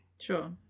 Sure